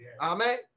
Amen